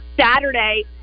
Saturday